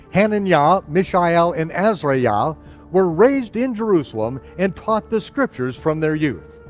hananiah, ah mishael, and azariah, yeah ah were raised in jerusalem and taught the scriptures from their youth.